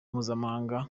mpuzamahanga